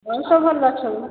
ହଉ ସବୁ ଭଲ ଅଛନ୍ତି